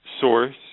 source